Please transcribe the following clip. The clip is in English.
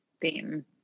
theme